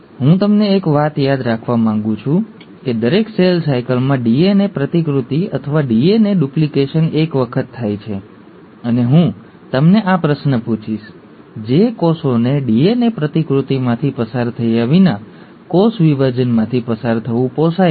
હવે હું તમને એક વાત યાદ રાખવા માગું છું કે દરેક સેલ સાયકલમાં ડીએનએ પ્રતિકૃતિ અથવા ડીએનએ ડુપ્લિકેશન એક વખત થાય છે અને હું તમને આ પ્રશ્ન પૂછીશ જે કોષોને ડીએનએ પ્રતિકૃતિમાંથી પસાર થયા વિના કોષ વિભાજનમાંથી પસાર થવું પોસાય છે